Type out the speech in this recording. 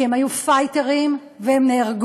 כי הם היו פייטרים, והם נהרגו,